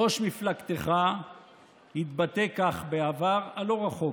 ראש מפלגתך התבטא כך בעבר הלא-רחוק: